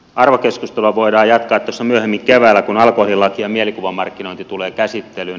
arvokeskustelua voidaan jatkaa tuossa myöhemmin keväällä kun alkoholilaki ja mielikuvamarkkinointi tulevat käsittelyyn